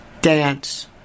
dance